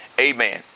Amen